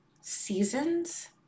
seasons